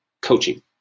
coaching